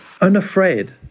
unafraid